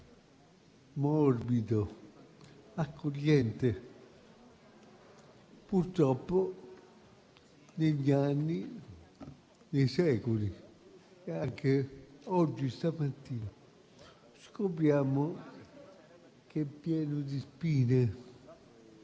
morbido, accogliente; purtroppo, però, negli anni, nei secoli e anche stamattina, scopriamo che è pieno di spine,